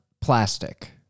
plastic